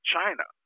China